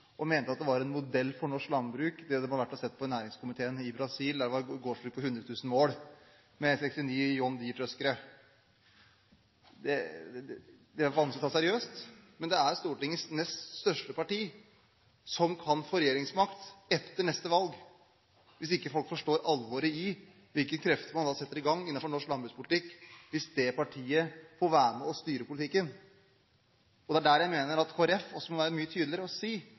var en modell for norsk landbruk. Der var det gårdsbruk på 100 000 mål, med 56 John Deere-treskere. Det er vanskelig å ta seriøst. Men det er Stortingets nest største parti, som kan få regjeringsmakt etter neste valg – hvis ikke folk forstår alvoret i hvilke krefter man da setter i gang innenfor norsk landbrukspolitikk om det partiet får være med og styre politikken. Det er der jeg mener at Kristelig Folkeparti må være mye tydeligere på å si